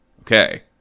Okay